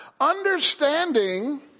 Understanding